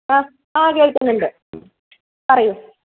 ആ ആ കേൾക്കുന്നുണ്ട് പറയൂ